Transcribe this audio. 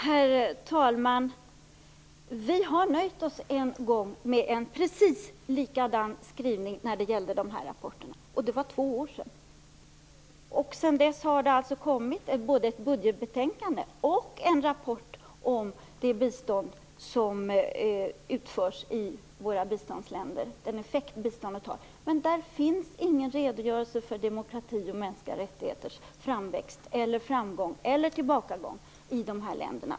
Herr talman! Vi har nöjt oss en gång med en precis likadan skrivning när det gäller de här rapporterna. Det var två år sedan. Sedan dess har det kommit både ett budgetbetänkande och en rapport om den effekt biståndet i våra biståndsländer har. Men det finns ingen redogörelse för demokratins och de mänskliga rättigheternas framgång eller tillbakagång i de här länderna.